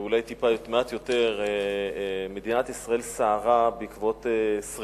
והמקום נבחר בהתעלמות מגורמי הסביבה והסיכון?